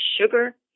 sugar